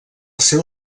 seu